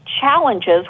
challenges